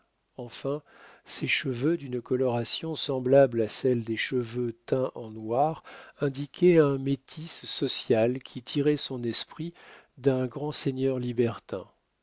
enfin ses cheveux d'une coloration semblable à celle des cheveux teints en noir indiquaient un métis social qui tirait son esprit d'un grand seigneur libertin